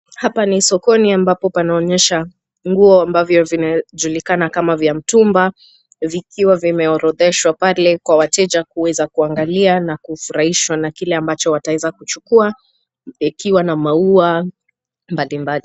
Hapa ni sokoni ambapo panaonyesha nguo ambavyo vimejulikana kama vya mtumba vikiwa vimeorodheshwa pale kwa wateja kuweza kuangalia na kufurahishwa na kile ambacho wataweza kuchukua ikiwa na maua mbalimbali.